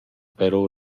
però